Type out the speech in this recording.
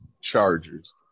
Chargers